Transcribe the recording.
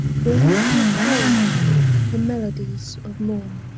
bring to a close the melodies of morn.